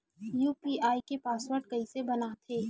UPI P password कइसे बनाथे?